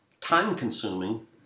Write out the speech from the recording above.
time-consuming